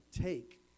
Take